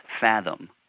fathom